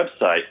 website